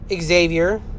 Xavier